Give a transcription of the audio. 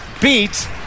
beat